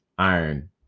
Iron